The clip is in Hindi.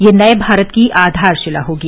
यह नए भारत की आधारशिला होगी